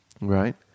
Right